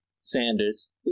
Sanders